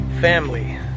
family